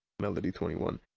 melody twenty one.